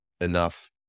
enough